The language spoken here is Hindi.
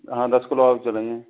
हाँ दस किलो आलू चलेंगे